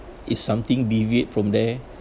is something deviate from there